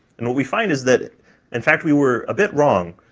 and what we find is that in fact we were a bit wrong.